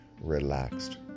relaxed